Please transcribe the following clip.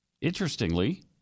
interestingly